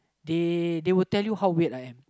they they will tell you how weird I am